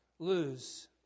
lose